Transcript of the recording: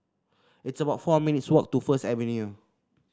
it's about four minutes' walk to First Avenue